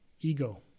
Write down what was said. ego